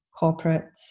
corporates